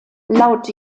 laut